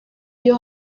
iyo